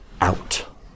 out